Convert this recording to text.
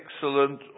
excellent